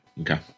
okay